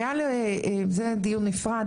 זה דיון נפרד.